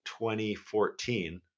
2014